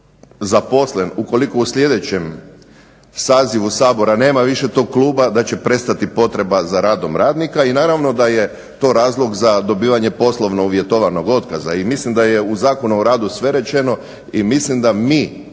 zaposlen, ukoliko u sljedećem sazivu Sabora nema više tog kluba da će prestati potreba za radom radnika i naravno da je to razlog za dobivanje poslovno uvjetovanog otkaza. I mislim da je u Zakonu o radu sve rečeno i mislim da mi